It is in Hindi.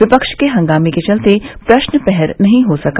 विपक्ष के हंगामे के चलते प्रश्नप्रहर नहीं हो सका